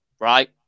right